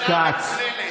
ממשלה מקוללת.